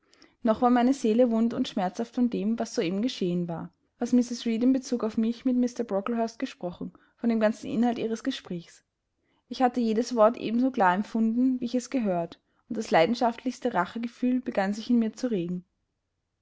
noch war meine seele wund und schmerzhaft von dem was soeben geschehen war was mrs reed in bezug auf mich mit mr brocklehurst gesprochen von dem ganzen inhalt ihres gesprächs ich hatte jedes wort ebenso klar empfunden wie ich es gehört und das leidenschaftlichste rachegefühl begann sich in mir zu regen